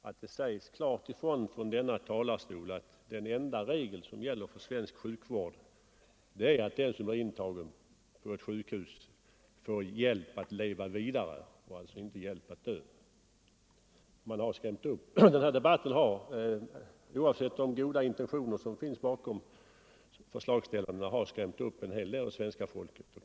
Herr talman! Jag skall verkligen inte mycket förlänga den här debatten, men jag tror att det är värdefullt och nödvändigt i allt detta tal om dödshjälp att det sägs klart från denna talarstol att den enda regel som gäller för svensk sjukvård är, att den som är intagen på ett sjukhus får hjälp att leva vidare och alltså inte hjälp att dö. Oavsett de goda intentioner som finns bakom förslagen, har denna debatt skrämt upp en del av svenska folket.